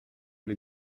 bli